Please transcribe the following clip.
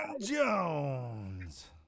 Jones